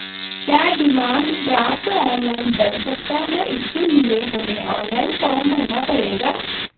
क्या demand draft online बन सकता है इसके लिए हमें ऑनलाइन फॉर्म भरना पड़ेगा?